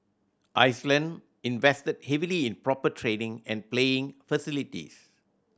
Iceland invested heavily in proper training and playing facilities